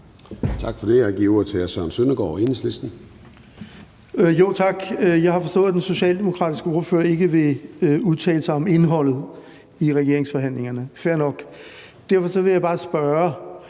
Tak. Jeg har forstået, at den socialdemokratiske ordfører ikke vil udtale sig om indholdet i regeringsforhandlingerne, fair nok. Derfor vil jeg bare spørge: